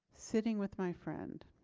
sitting with my friend